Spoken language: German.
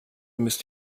müsst